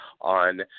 on